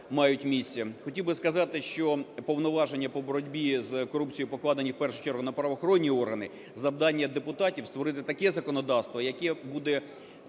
мають місце. Хотів би сказати, що повноваження по боротьбі з корупцією покладені в першу чергу на правоохоронні органи, завдання депутатів - створити таке законодавство, яке буде зменшувати